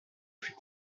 plus